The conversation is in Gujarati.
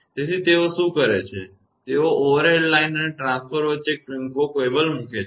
તેથી તેઓ શું કરે છે તેઓ ઓવરહેડ લાઇન અને ટ્રાન્સફોર્મર વચ્ચે એક ટૂંકો કેબલ મૂકે છે